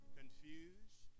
confused